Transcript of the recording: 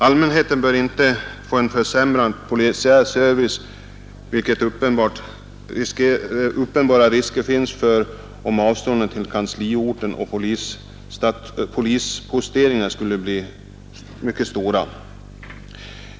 Allmänheten bör inte få en försämrad polisiär service, för vilket uppenbart risker finns om avstånden till kansliorten och polisposteringar skulle bli mycket stora.